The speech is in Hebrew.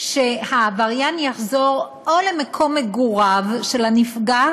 שהעבריין יחזור למקום מגוריו של הנפגע